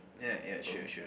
ya ya should should